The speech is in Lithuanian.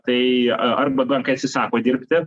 tai arba bankai atsisako dirbti